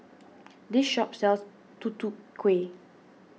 this shop sells Tutu Kueh